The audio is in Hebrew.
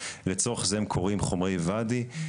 לצורך זה הם כורים חומרי ואדי,